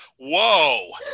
whoa